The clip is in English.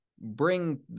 bring